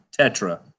tetra